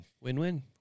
Win-win